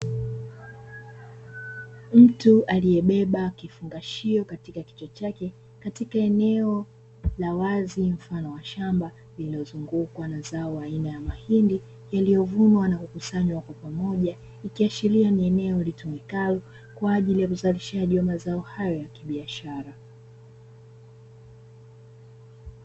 Mtu aliyebeba kifungashio katika kichwa chake katika eneo la wazi mfano wa shamba; lililozungukwa na zao aina ya mahindi yaliyovunwa na kukusanywa kwa pamoja, ikiashiria ni eneo litumikalo kwa ajili ya uzalishaji wa mazao hayo ya kibiashara.